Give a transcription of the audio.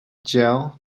jail